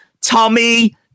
Tommy